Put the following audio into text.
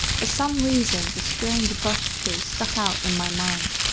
for some reason, the strange bush-tree stuck out in my mind.